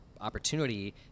opportunity